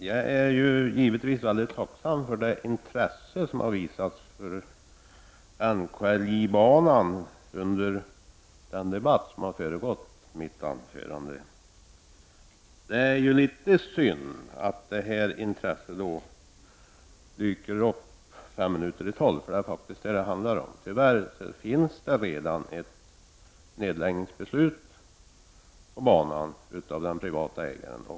Herr talman! Jag är givetvis mycket tacksam för det intresse som har visats för NKIJ-banan under den debatt som har föregått mitt anförande. Det är bara litet synd att detta intresse dyker upp fem minuter i tolv. Det är faktiskt vad det handlar om. Tyvärr har den private ägaren redan beslutat att lägga ned banan.